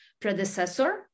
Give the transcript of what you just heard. predecessor